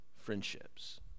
friendships